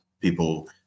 people –